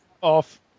off